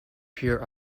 pure